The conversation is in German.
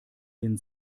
den